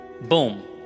Boom